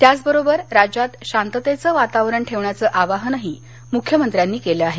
त्याचबरोबर राज्यात शांततेच वातावरण ठेवण्याचं आवाहनही मुख्यमंत्र्यांनी केलं आहे